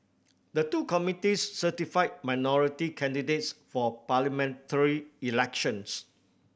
the two committees certify minority candidates for parliamentary elections